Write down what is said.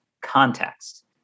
context